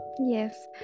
yes